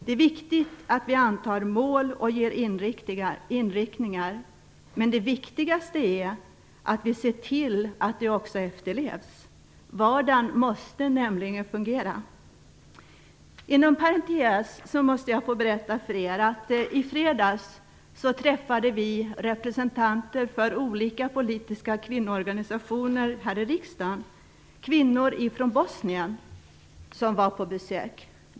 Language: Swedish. Det är viktigt att vi antar mål och ger inriktningar, men det viktigaste är att vi ser till att de också efterlevs. Vardagen måste nämligen fungera. Inom parentes måste jag få berätta för er att vi representanter för olika politiska kvinnoorganisationer här i riksdagen i fredags träffade kvinnor från Bosnien, som var på besök.